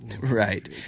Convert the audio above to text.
Right